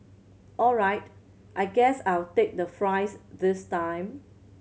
all right I guess I'll take the fries this time